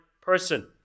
person